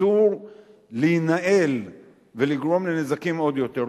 אסור להינעל ולגרום לנזקים עוד יותר.